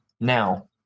now